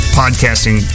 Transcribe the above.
podcasting